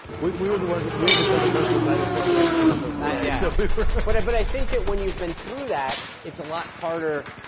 we we were the ones that we had to tell the president the night before that everything was ok, so we were but i but i think that when you've been through that, it's a lot harder.